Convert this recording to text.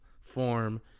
form